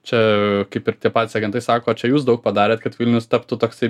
čia kaip ir tie patys agentai sako čia jūs daug padarėt kad vilnius taptų toksai